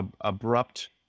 abrupt